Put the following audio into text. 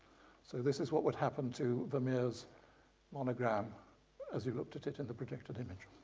so this is what what happens to vermeer's monogram as you look at it in the projected image.